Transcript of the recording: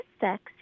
sex